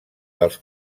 dels